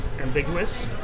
ambiguous